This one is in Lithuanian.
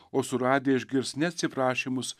o suradę išgirs ne atsiprašymus